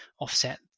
offset